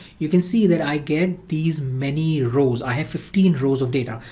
you can see that i get these many rows, i have fifteen rows of data.